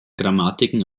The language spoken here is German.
grammatiken